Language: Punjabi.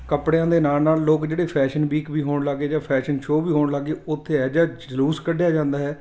ਕੱਪੜਿਆਂ ਦੇ ਨਾਲ ਨਾਲ ਲੋਕ ਜਿਹੜੇ ਫੈਸ਼ਨ ਵੀਕ ਵੀ ਹੋਣ ਲੱਗ ਗਏ ਜਾਂ ਫੈਸ਼ਨ ਸ਼ੋਅ ਵੀ ਹੋਣ ਲੱਗ ਗਏ ਉੱਥੇ ਇਹੋ ਜਿਹਾ ਜਲੂਸ ਕੱਢਿਆ ਜਾਂਦਾ ਹੈ